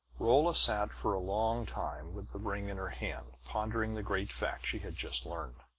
rolla sat for a long time with the ring in her hand, pondering the great fact she had just learned.